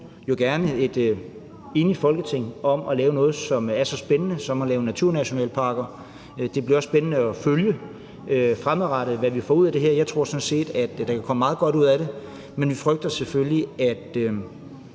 et gerne enigt Folketing til at lave noget, som er så spændende som at lave naturnationalparker, og det bliver også spændende at følge fremadrettet, hvad vi får ud af det her. Jeg tror sådan set, at der kan komme meget godt ud af det, men vi frygter selvfølgelig, at